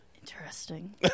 Interesting